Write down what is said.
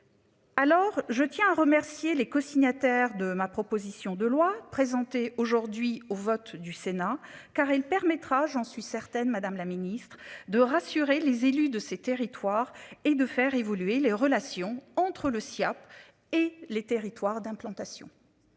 Alors je tiens à remercier les cosignataires de ma proposition de loi présentée aujourd'hui au vote du Sénat car il permettra, j'en suis certaine Madame la Ministre de rassurer les élus de ces territoires et de faire évoluer les relations entre le Siaap et les territoires d'implantation.